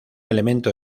elemento